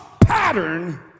pattern